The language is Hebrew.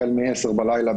החל מ-22:00 בלילה,